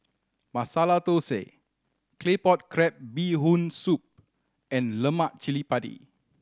Masala Thosai Claypot Crab Bee Hoon Soup and lemak cili padi